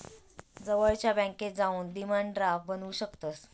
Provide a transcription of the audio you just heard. जवळच्या बॅन्केत जाऊन डिमांड ड्राफ्ट बनवू शकतंस